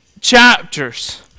chapters